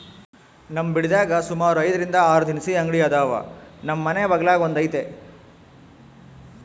ನಮ್ ಬಿಡದ್ಯಾಗ ಸುಮಾರು ಐದರಿಂದ ಆರು ದಿನಸಿ ಅಂಗಡಿ ಅದಾವ, ನಮ್ ಮನೆ ಬಗಲಾಗ ಒಂದೈತೆ